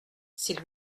s’il